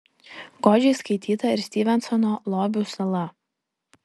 godžiai skaityta ir styvensono lobių sala